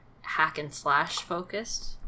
hack-and-slash-focused